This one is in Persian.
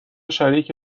شریک